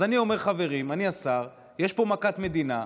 אז אני אומר: חברים, אני השר, יש פה מכת מדינה.